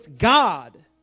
God